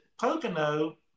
Pocono